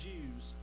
Jews